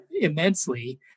immensely